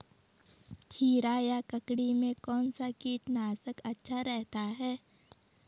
खीरा या ककड़ी में कौन सा कीटनाशक अच्छा रहता है?